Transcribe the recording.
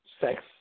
sex